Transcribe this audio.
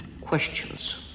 questions